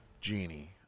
Genie